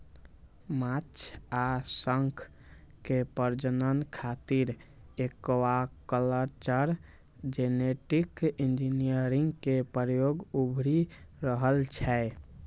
माछ आ शंख के प्रजनन खातिर एक्वाकल्चर जेनेटिक इंजीनियरिंग के प्रयोग उभरि रहल छै